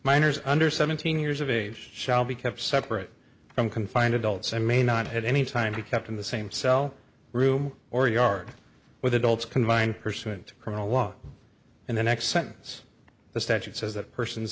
minors under seventeen years of age shall be kept separate from confined adults i may not at any time he kept in the same cell room or yard with adults can find percent criminal law and the next sentence the statute says that person